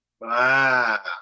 Wow